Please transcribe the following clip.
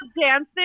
dancing